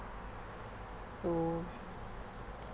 so